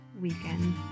weekend